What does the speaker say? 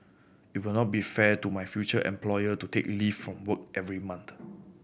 it will not be fair to my future employer to take leave from work every month